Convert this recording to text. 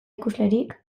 ikuslerik